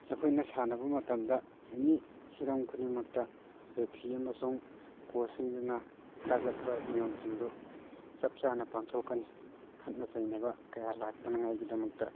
ꯑꯩꯈꯣꯏꯅ ꯁꯥꯟꯅꯕ ꯃꯇꯝꯗ ꯑꯦꯅꯤ ꯍꯤꯔꯝ ꯈꯨꯗꯤꯡꯃꯛꯇ ꯔꯦꯐꯤ ꯑꯃꯁꯨꯡ ꯀꯣꯆꯁꯤꯡꯗꯨꯅ ꯇꯥꯛꯂꯛꯄ ꯅꯤꯌꯣꯝꯁꯤꯡꯗꯨ ꯆꯞ ꯆꯥꯅ ꯄꯥꯡꯊꯣꯛꯀꯅꯤ ꯈꯠꯅ ꯆꯩꯅꯕ ꯀꯌꯥ ꯂꯥꯛꯇꯅꯉꯥꯏꯒꯤꯗꯃꯛꯇ